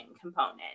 component